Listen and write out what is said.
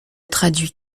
traduit